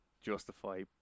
justify